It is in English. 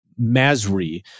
Masri